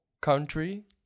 country